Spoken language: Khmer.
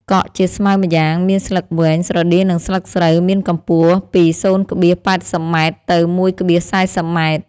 កក់ជាស្មៅម្យ៉ាងមានស្លឹកវែង ស្រដៀងនឹងស្លឹកស្រូវ មានកំពស់ ពី ០,៨០ ម៉ែត្រទៅ ១,៤០ ម៉ែត្រ ។